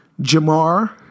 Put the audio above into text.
Jamar